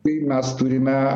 tai mes turime